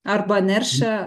arba neršia